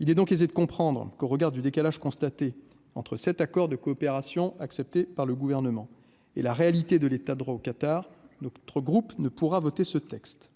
il est donc aisé de comprendre qu'au regard du décalage constaté entre cet accord de coopération, accepté par le gouvernement et la réalité de l'État droit au Qatar, donc trop groupe ne pourra voter ce texte,